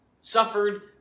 Suffered